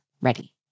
ready